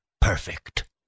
perfect